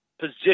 position